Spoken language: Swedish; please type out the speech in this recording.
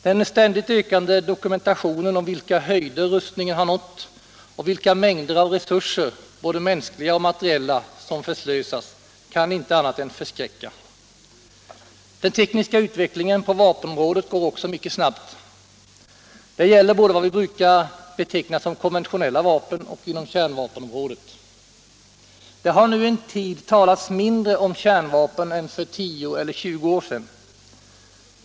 Den ständigt ökande dokumentationen om vilka höjder rustningen har nått och vilka mängder av resurser, både mänskliga och materiella, som förslösas kan inte annat än förskräcka. Den tekniska utvecklingen på vapenområdet går också mycket snabbt. Detta gäller både vad vi brukar beteckna som konventionella vapen och inom kärnvapenområdet. Det har nu en tid talats mindre om kärnvapen än man gjorde för 10 eller 20 år sedan.